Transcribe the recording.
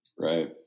right